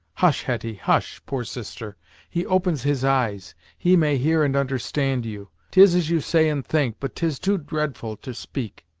hush, hetty hush, poor sister he opens his eyes he may hear and understand you. tis as you say and think, but tis too dreadful to speak.